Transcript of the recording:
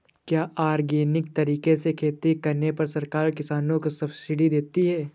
क्या ऑर्गेनिक तरीके से खेती करने पर सरकार किसानों को सब्सिडी देती है?